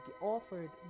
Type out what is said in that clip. offered